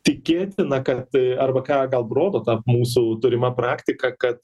tikėtina kad arba ką gal rodo ta mūsų turima praktika kad